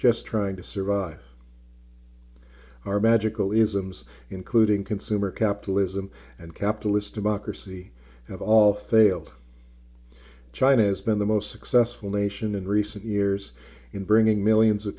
just trying to survive our magical isms including consumer capitalism and capitalist democracy have all failed china's been the most successful nation in recent years in bringing millions of